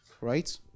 Right